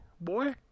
boy